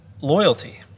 loyalty